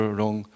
long